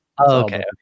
Okay